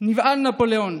נבהל נפוליאון